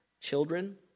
children